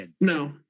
no